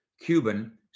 Cuban